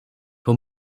who